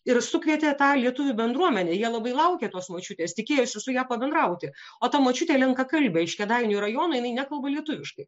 ir sukvietė tą lietuvių bendruomenę jie labai laukė tos močiutės tikėjosi su ja pabendrauti o ta močiutė lenkakalbė iš kėdainių rajono jinai nekalba lietuviškai